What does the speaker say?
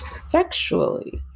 sexually